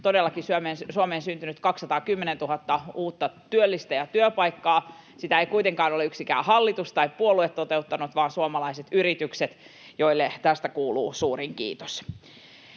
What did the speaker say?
todellakin Suomeen syntynyt 210 000 uutta työllistä ja työpaikkaa. Sitä ei kuitenkaan ole yksikään hallitus tai puolue toteuttanut vaan suomalaiset yritykset, joille tästä kuuluu suurin kiitos.